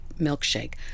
milkshake